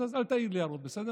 אז אל תעיר לי הערות, בסדר?